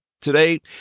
Today